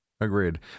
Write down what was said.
Agreed